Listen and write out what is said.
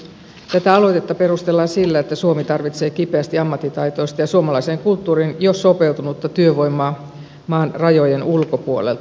tätä aloitetta perustellaan sillä että suomi tarvitsee kipeästi ammattitaitoista ja suomalaiseen kulttuuriin jo sopeutunutta työvoimaa maan rajojen ulkopuolelta